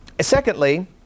Secondly